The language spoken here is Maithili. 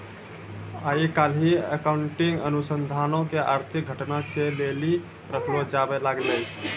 आइ काल्हि अकाउंटिंग अनुसन्धानो के आर्थिक घटना के लेली रखलो जाबै लागलै